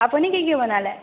আপুনি কি কি বনালে